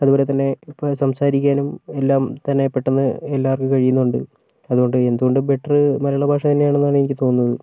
അതുപോലെത്തന്നെ ഇപ്പൊൾ സംസാരിക്കാനും എല്ലാം തന്നെ പെട്ടെന്ന് എല്ലാർക്കും കഴിയുന്നുണ്ട് അതുകൊണ്ട് എന്തുകൊണ്ടും ബെറ്ററ് മലയാളം ഭാഷ തന്നെയാണെന്നാണ് എനിക്ക് തോന്നുന്നത്